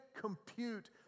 compute